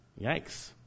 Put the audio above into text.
Yikes